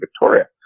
Victoria